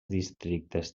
districtes